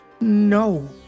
No